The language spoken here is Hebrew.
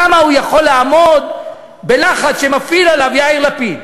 כמה הוא יכול לעמוד בלחץ שמפעיל עליו יאיר לפיד.